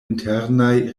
internaj